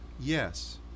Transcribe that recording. yes